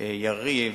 יריב,